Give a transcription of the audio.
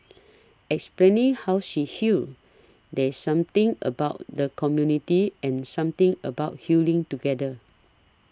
explaining how she healed there's something about the community and something about healing together